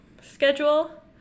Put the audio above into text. schedule